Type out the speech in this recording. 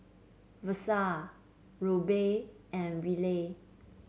Versa Roby and Wiley